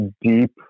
deep